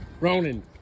Ronan